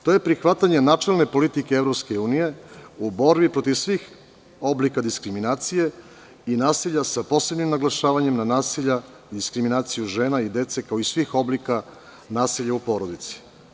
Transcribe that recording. To je prihvatanje načelne politike EU u borbi protiv svih oblika diskriminacije i nasilja sa posebnim naglašavanjem na nasilja diskriminacije žena i dece, kao i svih oblika nasilja u porodici.